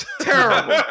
terrible